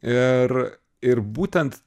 ir ir būtent